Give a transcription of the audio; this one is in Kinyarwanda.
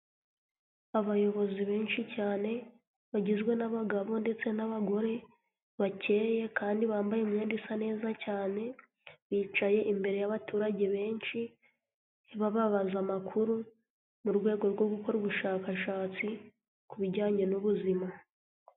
Abayobozi benshi cyane bagizwe n'abagabo ndetse n'abagore bakeye kandi bambaye imyenda isa neza cyane, bicaye imbere y'abaturage benshi bababaza amakuru, mu rwego rwo gukora ubushakashatsi ku bijyanye n'ubuzima.